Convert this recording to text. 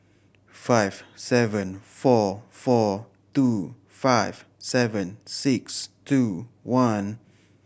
five seven four four two five seven six two one